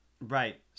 Right